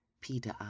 Peter